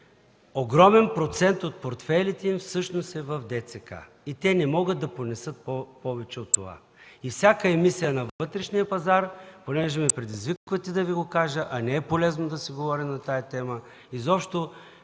Огромен процент от портфейлите им всъщност е в ДЦК и те не могат да понесат повече от това. И всяка емисия на вътрешния пазар, понеже ме предизвиквате да Ви го кажа, а не е полезно да се говори на тази тема, изобщо